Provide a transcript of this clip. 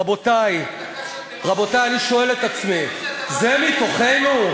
רבותי, רבותי, אני שואל את עצמי, זה מתוכנו?